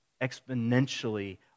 exponentially